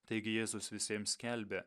taigi jėzus visiems skelbia